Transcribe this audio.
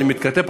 אני מתכתב,